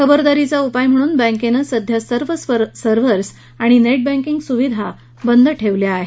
खबरदारीचा उपाय म्हणून बँकेने सध्या सर्व सर्व्हर्स आणि नेटबँकिंग सुविधा बंद ठेवली आहे